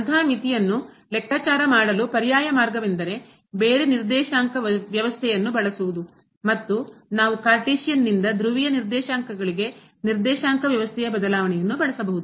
ಅಂತಹ ಮಿತಿಯನ್ನು ಲೆಕ್ಕಾಚಾರ ಮಾಡಲು ಪರ್ಯಾಯ ಮಾರ್ಗವೆಂದರೆ ಬೇರೆ ನಿರ್ದೇಶಾಂಕ ವ್ಯವಸ್ಥೆಯನ್ನು ಬಳಸುವುದು ಮತ್ತು ನಾವು ಕಾರ್ಟೇಶಿಯನ್ನಿಂದ ಧ್ರುವೀಯ ನಿರ್ದೇಶಾಂಕಗಳಿಗೆ ನಿರ್ದೇಶಾಂಕ ವ್ಯವಸ್ಥೆಯ ಬದಲಾವಣೆಯನ್ನು ಬಳಸಬಹುದು